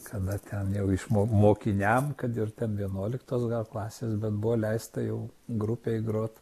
kada ten jau išmo mokiniams kad ir ten vienuoliktos klasės bet buvo leista jau grupei grot